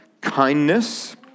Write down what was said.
kindness